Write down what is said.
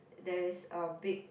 there is a big